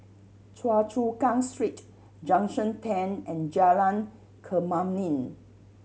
Choa Chu Kang Street Junction Ten and Jalan Kemuning